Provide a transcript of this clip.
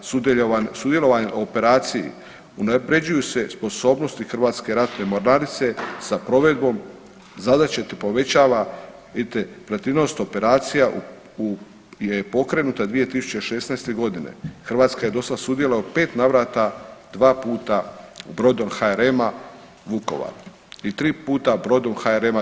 Sudjelovanjem u operaciji unapređuju se sposobnosti Hrvatske ratne mornarice sa provedbom zadaće te povećava operativnost operacija je pokrenuta 2016.g. Hrvatska je do sada sudjelovala u pet navrata, dva puta brodom HRM-a Vukovar i tri puta brodom HRM-a